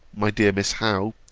my dear miss howe,